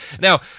Now